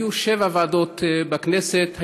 היו שבע ועדות בכנסת,